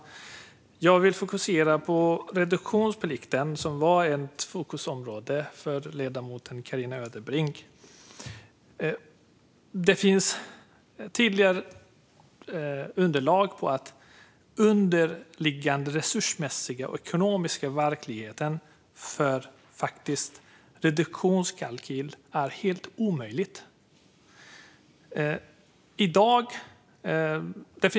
Jag vill fokusera på reduktionsplikten, som var ett fokusområde för ledamoten. Det finns underlag som tydligt visar att den underliggande resursmässiga och ekonomiska verkligheten gör er reduktionskalkyl helt omöjlig, Carina Ödebrink.